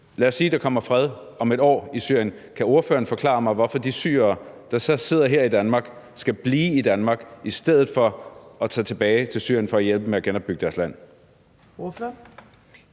Lad os sige, at der kommer fred om et år i Syrien. Kan ordføreren forklare mig, hvorfor de syrere, der så sidder her i Danmark, skal blive i Danmark i stedet for at tage tilbage til Syrien for at hjælpe med at genopbygge deres land?